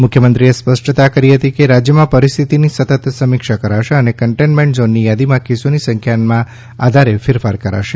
મુખ્યમંત્રીએ સ્પષ્ટતા કરી છે કે રાજ્યમાં પરિસ્થિતિની સતત સમીક્ષા કરાશે અને કન્ટેનમેન્ટ ઝોનની યાદીમાં કેસોની સંખ્યાના આધારે ફેરફાર કરાશે